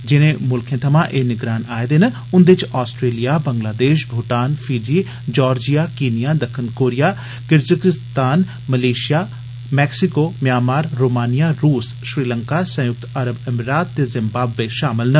जिने म्ल्खे थमां एह निगरान आए देन उन्दे च Australia Bangladesh Bhutan Fiji Georgia Kenya दक्खन Korea Kyrgyzstan Malaysia Mexico Myanmar Romania रुस श्रीलंका संयुक्त अरब अमिरात ते जिम्बाब्वे शामल न